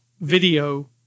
video